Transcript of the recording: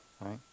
Right